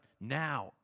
now